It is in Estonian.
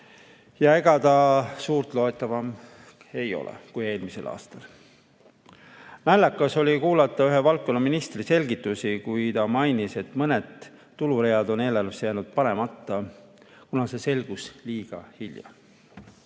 Ja ega see suurt loetavam ka ei ole kui eelmisel aastal. Naljakas oli kuulata ühe ministri selgitusi, kui ta mainis, et mõned tuluread on eelarvesse jäänud panemata, kuid see selgus liiga hilja. Tänu